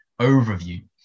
overview